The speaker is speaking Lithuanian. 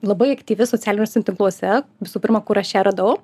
labai aktyvi socialiniuose tinkluose visų pirma kur aš ją radau